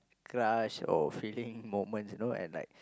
crush or feeling moments you know and like